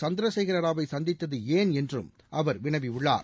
சந்திரசேகரராவை சந்தித்தது ஏன் என்றும் அவர் வினவியுள்ளார்